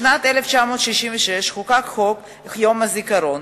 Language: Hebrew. בשנת 1963 חוקק חוק יום הזיכרון.